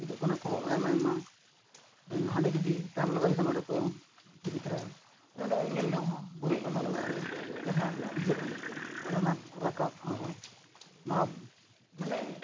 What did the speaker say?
ᱦᱤᱡᱩᱜ ᱠᱟᱱᱟ ᱠᱚᱦᱚᱸ ᱟᱭᱢᱟ ᱟᱭᱢᱟ ᱦᱟᱸᱰᱮ ᱡᱩᱫᱤ ᱴᱟᱭᱤᱢ ᱞᱟᱜᱟᱣ ᱠᱟᱱᱟ ᱚᱸᱰᱮ ᱠᱚ ᱦᱤᱨᱤ ᱛᱚᱨᱟᱭᱟ ᱱᱚᱰᱮ ᱧᱮᱞ ᱧᱚᱜ ᱦᱚᱸ ᱵᱩᱨᱩ ᱠᱟᱱᱟ ᱚᱵᱚᱥᱥᱚ ᱪᱮᱨᱦᱟ ᱵᱩᱡᱷᱟᱹᱜᱼᱟ ᱟᱨ ᱚᱱᱟ ᱨᱟᱠᱟᱵ ᱟᱬᱜᱚ ᱵᱷᱟᱵ ᱢᱟᱱᱮ